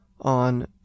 on